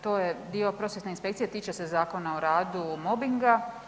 To je dio prosvjetne inspekcije, a tiče se Zakona o radu, mobinga.